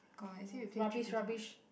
god is it we play tricky too much